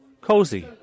Cozy